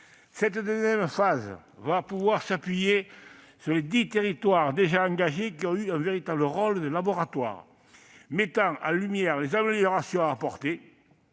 Cette seconde phase va pouvoir s'appuyer sur les dix territoires déjà engagés, qui ont eu un véritable rôle de laboratoires, mettant en lumière les améliorations à apporter